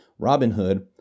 Robinhood